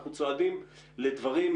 אנחנו צועדים לדברים,